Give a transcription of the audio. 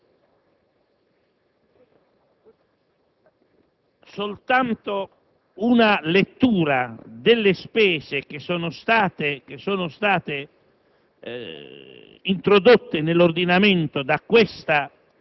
Soltanto una lettura delle spese che sono state